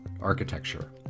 architecture